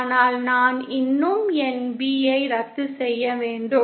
ஆனால் நான் இன்னும் என் B ஐ ரத்து செய்ய வேண்டும்